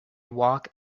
walk